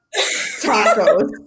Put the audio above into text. tacos